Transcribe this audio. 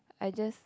I just